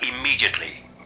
immediately